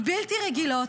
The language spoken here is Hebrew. בלתי רגילות,